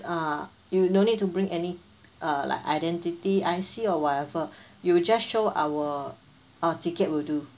uh you no need to bring any uh like identity I_C or whatever you just show our our ticket will do